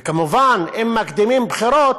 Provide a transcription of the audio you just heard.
וכמובן, אם מקדימים בחירות,